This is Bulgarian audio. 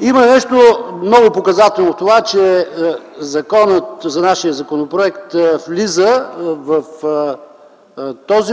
Има нещо много показателно - това, че нашият законопроект влиза в